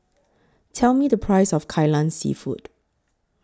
Tell Me The Price of Kai Lan Seafood